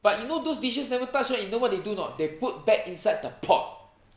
but you know those dishes never touch right you know what they do not they put back inside the pot